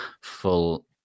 full